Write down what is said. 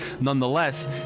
nonetheless